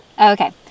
Okay